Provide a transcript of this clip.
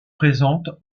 présente